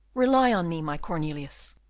rely on me, my cornelius.